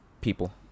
people